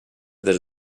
des